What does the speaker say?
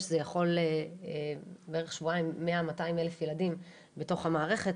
זה יכול בערך בשבועיים 100-200 אלף ילדים בתוך המערכת,